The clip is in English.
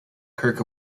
kirk